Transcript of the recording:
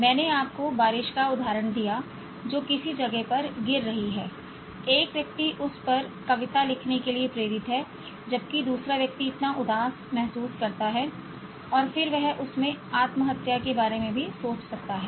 मैंने आपको बारिश का उदाहरण दिया एक बारिश जो किसी जगह पर गिर रही है एक व्यक्ति उस पर एक कविता भी लिखने के लिए प्रेरित है और जबकि दूसरा व्यक्ति इतना उदास महसूस करता है और फिर वह उसमें आत्महत्या करने के बारे में भी सोच सकता है